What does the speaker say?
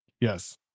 Yes